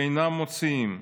ואינם מוצאים,